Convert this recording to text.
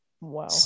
Wow